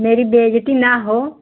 मेरी बेइज्जती न हो